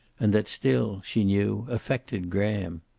and that still, she knew, affected graham.